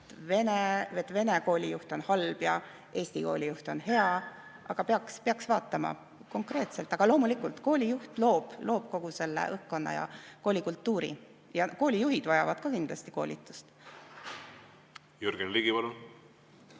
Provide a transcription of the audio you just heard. et vene koolijuht on halb ja eesti koolijuht on hea – peaks vaatama konkreetselt. Aga loomulikult, koolijuht loob kogu selle õhkkonna ja koolikultuuri. Koolijuhid vajavad ka kindlasti koolitust. Aitäh!